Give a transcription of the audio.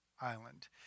island